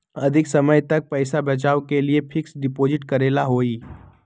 अधिक समय तक पईसा बचाव के लिए फिक्स डिपॉजिट करेला होयई?